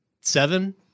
seven